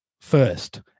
first